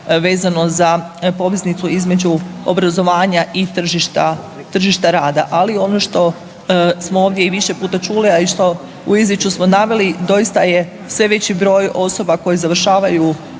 vezano za poveznicu između obrazovanja i tržišta, tržišta rada. Ali ono što smo ovdje i više puta čuli, ali što i u izvješću smo naveli doista je sve veći broj osoba koje završavaju